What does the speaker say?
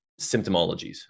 symptomologies